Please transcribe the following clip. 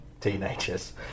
teenagers